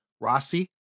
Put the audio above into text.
Rossi